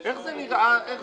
מה קורה?